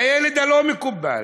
הילד הלא-מקובל,